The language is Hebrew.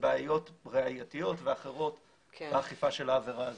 לבעיות ראייתיות ואחרות באכיפה של העבירה הזאת.